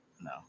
No